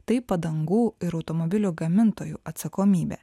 tai padangų ir automobilių gamintojų atsakomybė